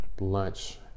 lunch